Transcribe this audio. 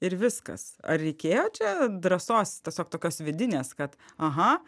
ir viskas ar reikėjo čia drąsos tiesiog tokios vidinės kad aha